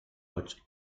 pots